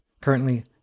Currently